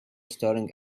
storing